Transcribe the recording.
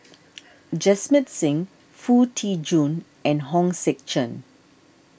Jamit Singh Foo Tee Jun and Hong Sek Chern